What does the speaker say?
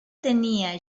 tenia